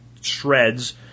shreds